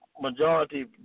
majority